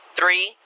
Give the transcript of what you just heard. three